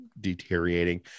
deteriorating